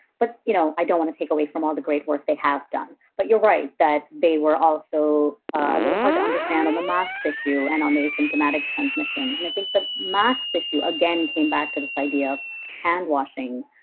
but you know i don't want to take away from all the great work they have done. but you're right that they were also a little hard to understand on the math issue and on the asymptomatic transmission. and i think the maths issue, again, came back to this idea of hand washing.